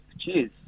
Cheers